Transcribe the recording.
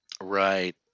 Right